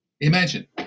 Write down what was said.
Imagine